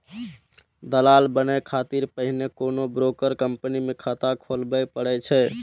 दलाल बनै खातिर पहिने कोनो ब्रोकर कंपनी मे खाता खोलबय पड़ै छै